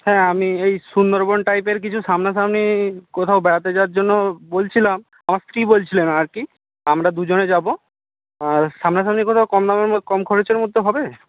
হ্যাঁ আমি এই সুন্দরবন টাইপের কিছু সামনা সামনি কোথাও বেড়াতে যাওয়ার জন্য বলছিলাম আমার স্ত্রী বলছিলেন আর কি আমরা দুজনে যাবো আর সামনা সামনি কোথাও কম দামের কম খরচের মধ্যে হবে